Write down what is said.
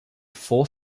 four